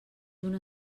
una